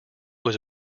was